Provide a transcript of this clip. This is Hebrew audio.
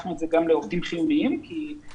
לקחנו את זה גם לעובדים חיוניים כי יש